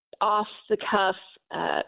off-the-cuff